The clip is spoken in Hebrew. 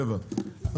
שבעה.